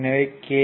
எனவே கே